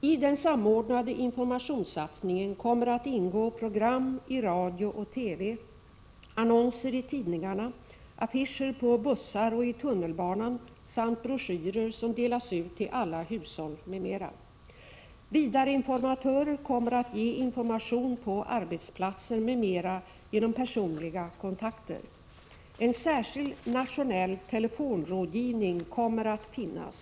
I den samordnade informationssatsningen kommer att ingå program i radio och TV, annonser i tidningarna, affischer på bussar och i tunnelbanan samt broschyrer, som delas ut till alla hushåll, m.m. Vidareinformatörer — Prot. 1986/87:82 kommer att ge information på arbetsplatser m.m. genom personliga 9 mars 1987 kontakter. En särskild nationell telefonrådgivning kommer att finnas.